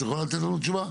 את יכולה לתת לנו תשובה?